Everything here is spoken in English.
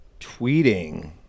tweeting